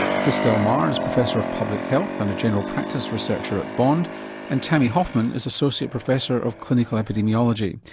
chris del mar is professor of public health and a general practice researcher at bond and tammy hoffman is associate professor of clinical epidemiology.